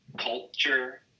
Culture